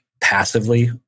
passively